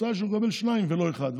התוצאה היא שהוא מקבל שניים ולא אחד.